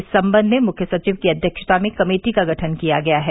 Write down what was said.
इस संबंध में मुख्य सचिव की अध्यक्षता में कमेटी का गठन किया गया है